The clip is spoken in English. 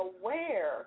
aware